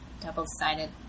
double-sided